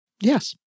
Yes